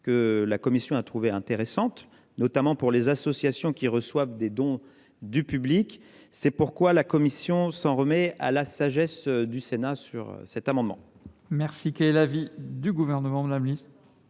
que la commission a trouvé intéressante, notamment pour les associations qui reçoivent des dons du public. C’est pourquoi nous nous en remettons à la sagesse du Sénat. Quel est